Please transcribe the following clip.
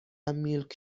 میلک